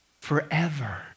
forever